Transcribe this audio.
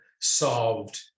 solved